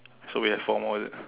so we have four more is it